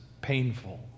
painful